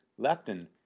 leptin